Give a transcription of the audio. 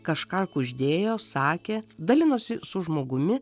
kažką kuždėjo sakė dalinosi su žmogumi